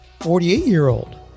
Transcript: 48-year-old